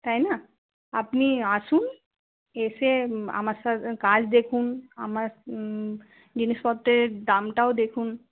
তাই না আপনি আসুন এসে আমার কাজ দেখুন আমার জিনিসপত্রের দামটাও দেখুন